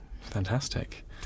fantastic